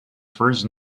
first